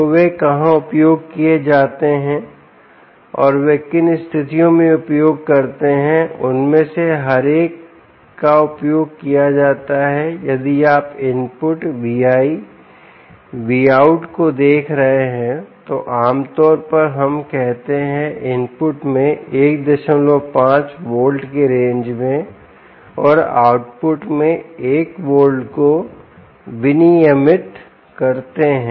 तो वे कहाँ उपयोग किए जाते हैं और वे किन स्थितियों में उपयोग करते हैं उनमें से हर एक का उपयोग किया जाता है यदि आप इनपुट Vi VOUT को देख रहे हैं तो आमतौर पर हम कहते हैं इनपुट में 15 वोल्ट के रेंज में और आउटपुट में 1 वोल्ट को विनियमित करते हैं